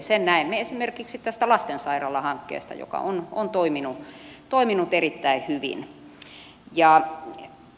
sen näemme esimerkiksi tästä lastensairaalahankkeesta joka on toiminut erittäin hyvin